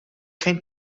geen